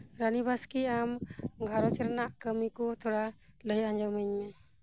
ᱨᱟᱹᱱᱤ ᱵᱟᱥᱠᱮ ᱟᱢ ᱜᱷᱟᱨᱚᱧᱡᱽ ᱨᱮᱱᱟᱜ ᱠᱟᱹᱢᱤᱠᱚ ᱛᱷᱚᱲᱟ ᱞᱟᱹᱭ ᱟᱸᱡᱚᱢ ᱟᱹᱧᱢᱮ